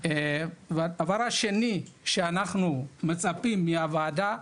והדבר השני שאנחנו מצפים מהוועדה,